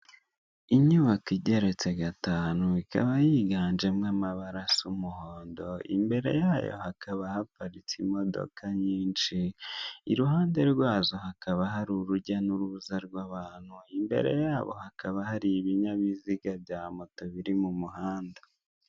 Inyubako igeretse gatanu, ikaba yiganjemo amabara asa umuhondo, imbere yayo hakaba haparitse imodoka nyinshi, iruhande rwazo hakaba hari urujya n'uruza rw'abantu, imbere yabo hakaba hari ibinyabiziga bya moto biri mu muhanda.